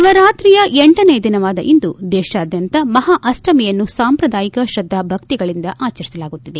ನವರಾತ್ರಿಯ ಎಂಟನೇ ದಿನವಾದ ಇಂದು ದೇಶಾದ್ಯಂತ ಮಹಾ ಅಷ್ಟಮಿಯನ್ನು ಸಾಂಪ್ರದಾಯಿಕ ಶ್ರದ್ದಾ ಭಕ್ತಿಗಳಿಂದ ಆಚರಿಸಲಾಗುತ್ತಿದೆ